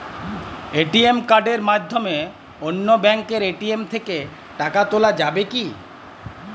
ATM কার্ডের মাধ্যমে অন্য ব্যাঙ্কের এ.টি.এম থেকে টাকা তোলা যাবে কি?